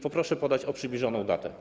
Proszę podać przybliżoną datę.